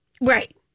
Right